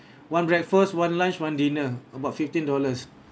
one breakfast one lunch one dinner about fifteen dollars